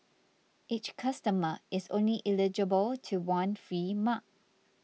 each customer is only eligible to one free mug